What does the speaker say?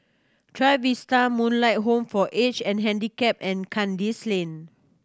Trevista Moonlight Home for Age And Handicap and Kandis Lane